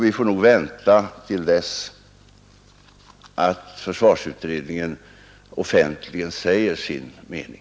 Vi får nog vänta till dess försvarsutredningen offentligen har sagt sin mening.